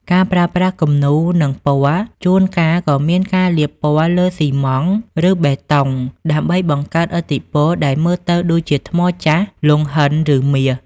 ការប្រើប្រាស់គំនូរ និងពណ៌ ជួនកាលក៏មានការលាបពណ៌លើស៊ីម៉ង់ត៍ ឬបេតុង ដើម្បីបង្កើតឥទ្ធិពលដែលមើលទៅដូចជាថ្មចាស់ លង្ហិន ឬមាស។